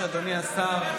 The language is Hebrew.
הנורבגים יכולים ללכת לנוח.